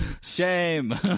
Shame